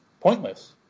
pointless